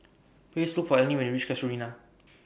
Please Look For Eleni when YOU REACH Casuarina